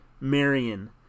Marion